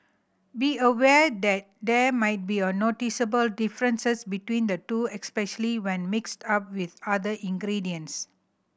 be aware that there might be a noticeable differences between the two especially when mixed up with other ingredients